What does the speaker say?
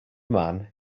man